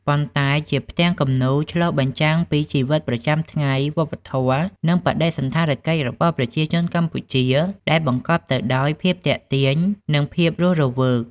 ប៉ុន្តែជាផ្ទាំងគំនូរឆ្លុះបញ្ចាំងពីជីវិតប្រចាំថ្ងៃ វប្បធម៌ និងបដិសណ្ឋារកិច្ចរបស់ប្រជាជនកម្ពុជា ដែលបង្កប់ទៅដោយភាពទាក់ទាញ និងភាពរស់រវើក។